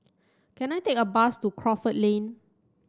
can I take a bus to Crawford Lane